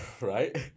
Right